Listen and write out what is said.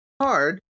hard